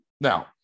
Now